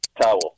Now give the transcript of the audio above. towel